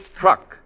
truck